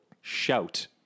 shout